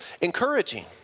encouraging